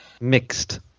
Mixed